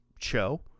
show